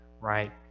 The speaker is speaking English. right